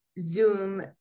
zoom